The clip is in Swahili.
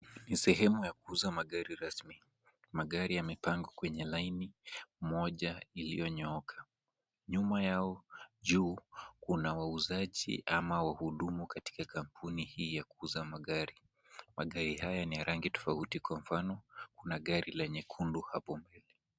Ni sehemu ya kuuza magari rasmi. Magari yamepangwa kwenye laini moja iliyonyooka. Nyuma yao juu kuna wauzaji ama wahudumu katika kampuni hii ya kuuza magari. Magari haya ni ya rangi tofauti kwa mfano, kuna gari la nyekundu hapo mbele.